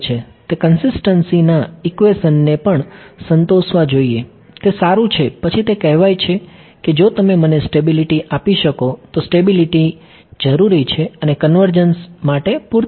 તે કંસિસ્ટન્સી ના ઈક્વેશનને પણ સંતોષવા જોઈએ તે સારું છે પછી તે કહેવાય છે કે જો તમે મને સ્ટેબિલિટી આપી શકો તો સ્ટેબિલિટી જરૂરી છે અને કન્વર્જન્સ માટે પૂરતી છે